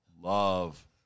love